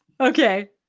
Okay